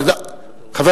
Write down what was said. עוד